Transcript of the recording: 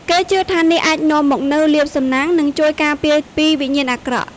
គេជឿថានាគអាចនាំមកនូវលាភសំណាងនិងជួយការពារពីវិញ្ញាណអាក្រក់។